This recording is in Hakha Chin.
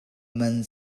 man